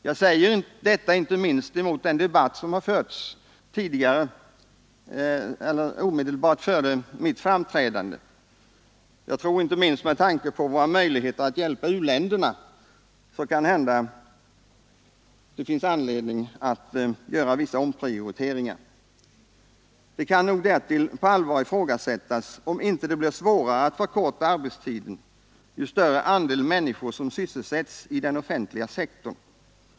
Jag säger detta inte minst mot bakgrund av den debatt som fördes omedelbart före mitt framträdande här. Inte minst med tanke på våra möjligheter att hjälpa u-länderna kan det hända att det finns anledning att göra omprioriteringar i långtidsplanen. Det kan nog därtill på allvar ifrågasättas om det inte blir svårare att förkorta arbetstiden ju större andel människor som sysselsätts i den offentliga sektorn.